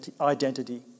identity